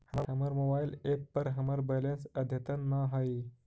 हमर mobile app पर हमर बैलेंस अद्यतन ना हई